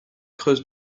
creuse